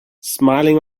smiling